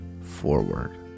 forward